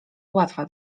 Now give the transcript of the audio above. łatwa